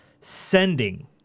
sending